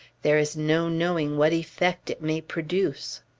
there is no knowing what effect it may produce.